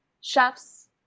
chefs